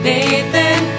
Nathan